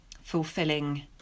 fulfilling